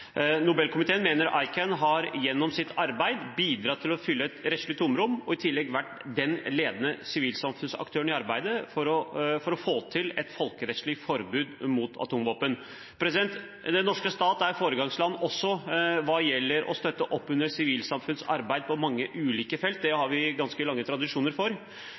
å fylle et rettslig tomrom og i tillegg vært den ledende sivilsamfunnsaktøren i arbeidet for å få til et folkerettslig forbud mot atomvåpen. Den norske stat er et foregangsland også hva gjelder å støtte opp under sivilsamfunnsarbeid på mange ulike felt. Det har vi ganske lange tradisjoner for.